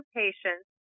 patients